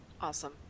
Awesome